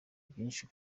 byinshi